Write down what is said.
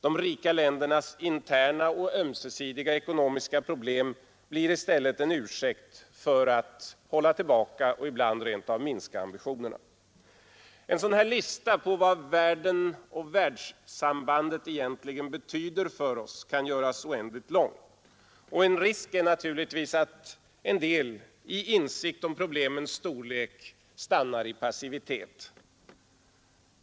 De rika ländernas interna och ömsesidiga ekonomiska problem blir i stället en ursäkt för att hålla tillbaka och ibland rent av minska ambitionerna. En sådan lista på vad världen och världssambandet egentligen betyder för oss kan göras oändligt lång. En risk är naturligtvis att en del människor i insikt om problemens storlek stannar i passivitet.